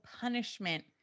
punishment